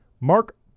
Mark